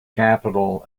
capital